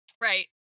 Right